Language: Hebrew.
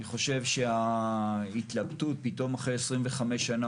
אני חושב שההתלבטות פתאום אחרי 25 שנה